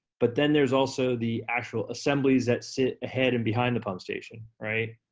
but then there's also the actual assemblies that sit ahead and behind the pump station, right?